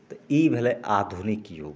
तऽ ई भेलै आधुनिक जुग